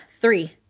Three